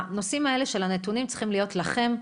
הנושאים האלה של הנתונים צריכים להיות לכם,